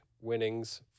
winnings